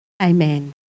amen